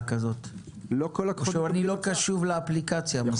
כזאת או שאני לא קשוב לאפליקציה מספיק.